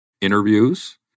interviews